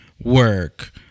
work